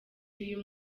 cy’uyu